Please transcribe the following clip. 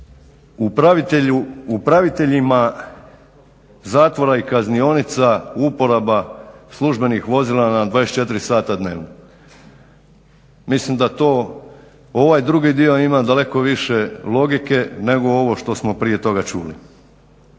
i upraviteljima zatvora i kaznionica uporaba službenih vozila na 24 sata dnevno. Mislim da to ovaj drugi dio ima daleko više logike nego ovo što smo prije toga čuli.